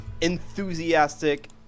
enthusiastic